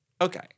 Okay